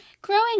Growing